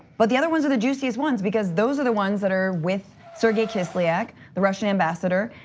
but the other ones are the juiciest ones because those are the ones that are with sergey kislyak the russian ambassador,